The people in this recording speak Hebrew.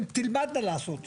הן תלמדנה לעשות,